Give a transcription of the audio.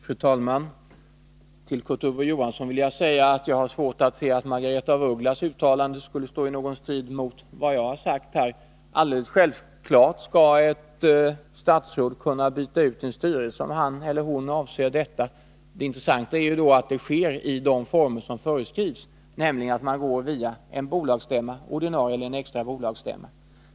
Fru talman! Till Kurt Ove Johansson vill jag säga att jag har svårt att se att Margaretha af Ugglas uttalande skulle stå i strid med vad jag här har sagt. Självfallet skall ett statsråd kunna byta ut en styrelse om han eller hon anser det — det intressanta är att det sker i de former som föreskrivs, nämligen att man går via en ordinarie eller extra bolagsstämma.